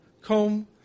comb